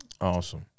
Awesome